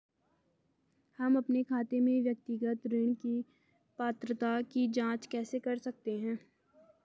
हम अपने खाते में व्यक्तिगत ऋण की पात्रता की जांच कैसे कर सकते हैं?